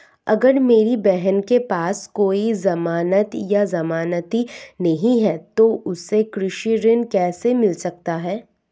अगर मेरी बहन के पास कोई जमानत या जमानती नहीं है तो उसे कृषि ऋण कैसे मिल सकता है?